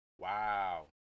Wow